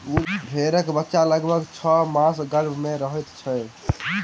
भेंड़क बच्चा लगभग छौ मास गर्भ मे रहैत छै